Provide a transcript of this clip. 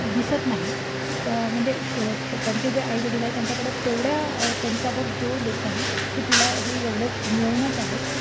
दिसत नाही त म्हणजे श त्यांचे जे आई वडील आहे त्यांच्याकड तेवढ्या त्यांच्यावर जोर देत नाही की तुला हे एवढं मिळवणंच आहे